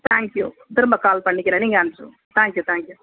thank you திரும்ப call பண்ணிக்கிறேன் நீங்கள் அனுப்பிச்சுடுங்க தேங்க் யூ தேங்க் யூ